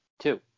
Two